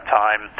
time